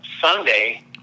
Sunday